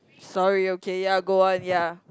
sorry okay ya go on ya